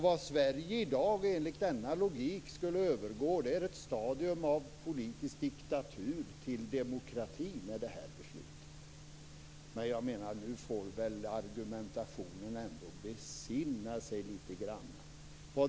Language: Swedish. Vad Sverige i dag skulle övergå från i och med detta beslut, med denna logik, är ett stadium av politisk diktatur till demokrati. Nu får man väl ändå besinna sig litet i argumentationen.